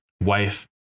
wife